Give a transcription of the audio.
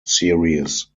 series